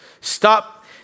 Stop